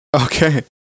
Okay